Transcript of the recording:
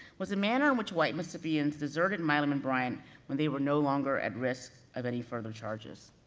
was a manner in which white mississippians deserted milam and bryant when they were no longer at risk of any further charges.